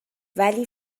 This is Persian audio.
ولی